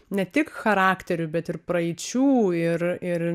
ne tik charakterių bet ir praeičių ir ir